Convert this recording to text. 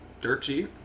Dirty